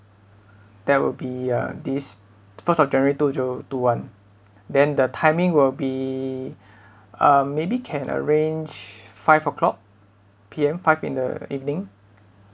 that will be uh this first of january two zero two one then the timing will be um maybe can arrange five o'clock P_M five in the evening